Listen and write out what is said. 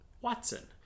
Watson